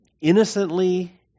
innocently